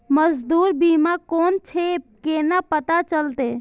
मौजूद बीमा कोन छे केना पता चलते?